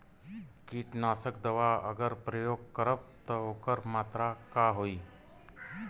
कीटनाशक दवा अगर प्रयोग करब त ओकर मात्रा का होई?